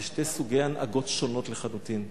אלה שני סוגי הנהגות, שונות לחלוטין.